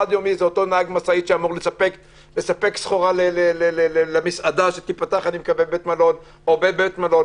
זה נהג משאית שמספק סחורה למסעדה שאני מקווה שתיפתח או לבית מלון.